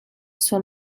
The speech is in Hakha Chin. sual